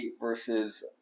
versus